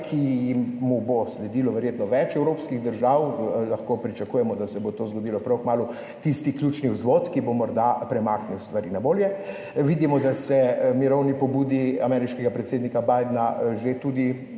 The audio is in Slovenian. ki mu bo sledilo verjetno več evropskih držav, lahko pričakujemo, da se bo to zgodilo prav kmalu, tisti ključni vzvod, ki bo morda premaknil stvari na bolje. Vidimo, da se mirovni pobudi ameriškega predsednika Bidna že tudi,